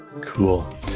cool